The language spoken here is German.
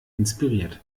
inspiriert